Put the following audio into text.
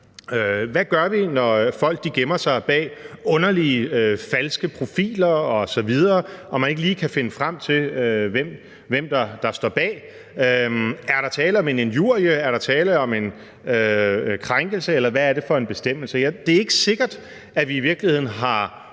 Hvad gør vi, når folk gemmer sig bag underlige falske profiler osv. osv. og man ikke lige kan finde frem til, hvem der står bag? Er der tale om en injurie? Er der tale om en krænkelse? Eller hvad er det for en bestemmelse? Det er ikke sikkert, at vi i virkeligheden har